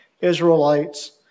Israelites